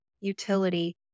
utility